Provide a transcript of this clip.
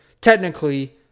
Technically